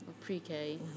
pre-K